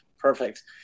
Perfect